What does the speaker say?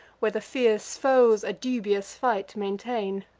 where the fierce foes a dubious fight maintain.